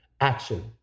action